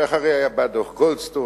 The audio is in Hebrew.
שאחריה בא דוח-גולדסטון,